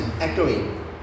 echoing